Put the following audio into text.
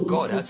God